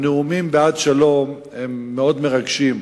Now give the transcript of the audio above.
הנאומים בעד שלום הם מאוד מרגשים,